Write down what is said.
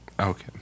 Okay